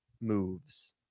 moves